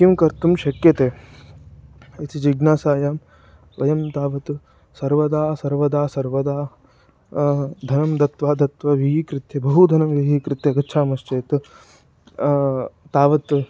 किं कर्तुं शक्यते इति जिज्ञासायां वयं तावत् सर्वदा सर्वदा सर्वदा धनं दत्त्वा दत्त्वा विहिीकृत्य बहू धनं विहीकृत्य गच्छामश्चेत् तावत्